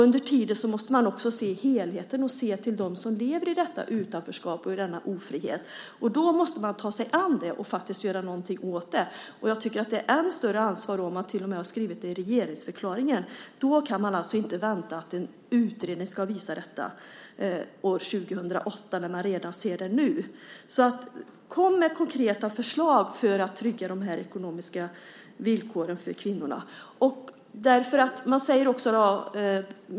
Under tiden måste man också se helheten och se dem som lever i detta utanförskap och i denna ofrihet. Man måste ta sig an det och faktiskt göra någonting åt det. Jag tycker att man har än större ansvar om man till och med har skrivit det i regeringsförklaringen. Man kan inte vänta på att en utredning ska visa detta år 2008 när man ser det redan nu. Kom med konkreta förslag för att trygga de ekonomiska villkoren för de här kvinnorna!